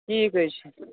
ٹھیٖک حظ چھُ